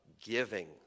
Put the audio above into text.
giving